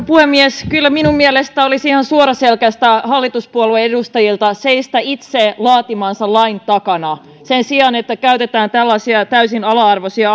puhemies kyllä minun mielestäni olisi ihan suoraselkäistä hallituspuolueiden edustajilta seistä itse laatimansa lain takana sen sijaan että käytetään tällaisia täysin ala arvoisia